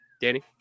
Danny